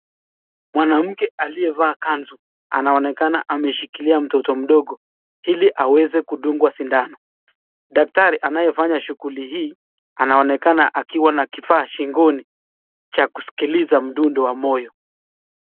Mwanamke aliyevaa kanzu anaonekana ameshikilia mtoto mdogo ili aweze kudungwa sindano. Daktari anayefanya shughuli hii anaonekana akiwa na kifaa shingoni cha kusikiliza mdundo wa moyo.